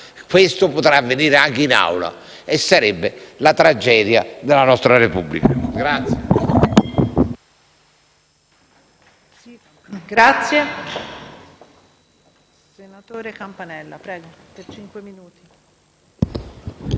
Questo potrà avvenire anche in Aula e sarebbe una tragedia per la nostra Repubblica!